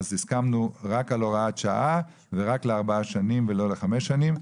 אז הסכמנו רק על הוראת שעה ורק לארבע שנים ולא לחמש שנים.